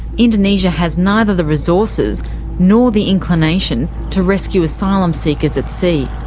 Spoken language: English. indonesia has neither the resources nor the inclination to rescue asylum seekers at sea.